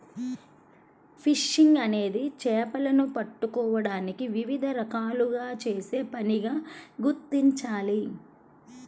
fishing అనేది చేపలను పట్టుకోవడానికి వివిధ రకాలుగా చేసే పనిగా గుర్తించాలి